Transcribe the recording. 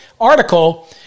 article